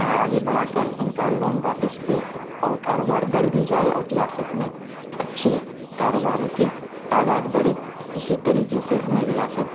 آگے بڑھا کر ان کا لون واپس دے اور کاروبار بڑھ بھی جائے اور ریاست میں اچھی کاروبار کی تعداد بڑھے اسی طریقے سے ہمیں ریاست